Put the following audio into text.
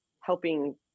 helping